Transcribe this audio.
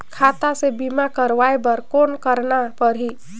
खाता से बीमा करवाय बर कौन करना परही?